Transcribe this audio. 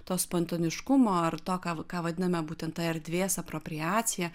to spontaniškumo ar to ką ką vadiname būtent erdvės apropriacija